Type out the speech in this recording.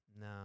no